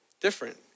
different